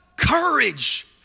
courage